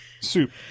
Soup